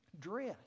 dress